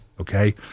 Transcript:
Okay